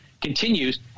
continues